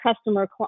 customer